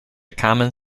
common